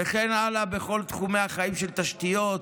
וכן הלאה, בכל תחומי החיים, של תשתיות,